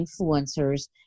influencers